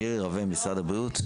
מירה רווה, משרד הבריאות.